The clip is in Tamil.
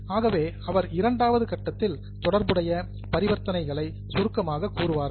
ஆகவே அவர் இரண்டாவது கட்டத்தில் தொடர்புடைய பரிவர்த்தனைகளை சுருக்கமாக கூறுவார்கள்